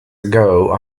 ago